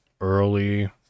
early